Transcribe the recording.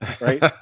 right